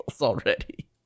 already